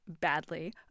badly